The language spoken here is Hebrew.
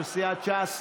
של סיעת ש"ס,